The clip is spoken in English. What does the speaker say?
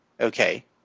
okay